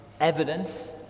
evidence